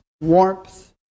warmth